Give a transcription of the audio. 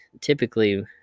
typically